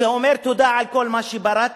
שאומר: "תודה על כל מה שבראת,